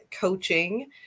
coaching